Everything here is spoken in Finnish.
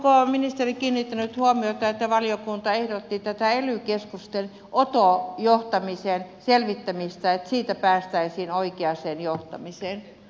onko ministeri kiinnittänyt huomiota että valiokunta ehdotti tätä ely keskusten oto johtamisen selvittämistä että siitä päästäisiin oikeaan johtamiseen